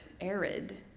arid